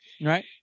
Right